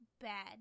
bad